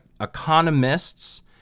economists